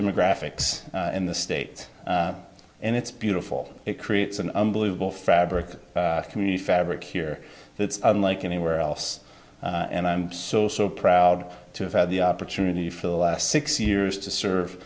demographics in the state and it's beautiful it creates an unbelievable fabric of community fabric here it's unlike anywhere else and i'm so so proud to have had the opportunity for the last six years to serve